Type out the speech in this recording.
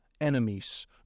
enemies